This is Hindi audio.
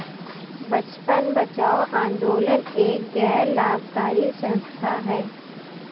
बचपन बचाओ आंदोलन एक गैर लाभकारी संस्था है